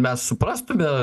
mes suprastume